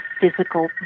physical